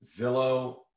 Zillow